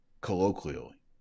colloquially